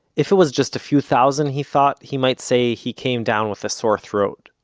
if it was just a few thousand, he thought, he might say he came down with a sore throat.